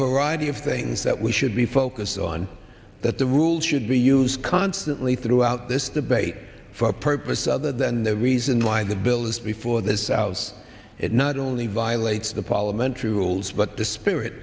variety of things that we should be focused on that the rules should be used constantly throughout this debate for a purpose other than the reason why the bill is before the south it not only violates the palm entry rules but the spirit